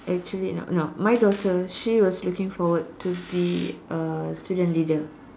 actually no no my daughter she was looking forward to be a student leader